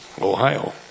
Ohio